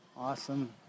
Awesome